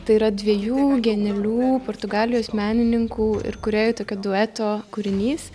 tai yra dviejų genialių portugalijos menininkų ir kūrėjų dueto kūrinys